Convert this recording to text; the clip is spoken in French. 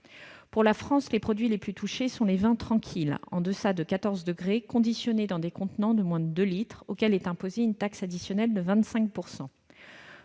Pour la France, les produits les plus touchés sont les vins tranquilles en deçà de 14 degrés conditionnés dans des contenants de moins de 2 litres, auxquels est imposée une taxe additionnelle de 25 %.